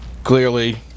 Clearly